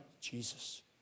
Jesus